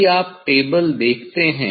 यदि आप टेबल देखते हैं